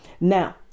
Now